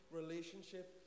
relationship